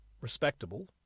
respectable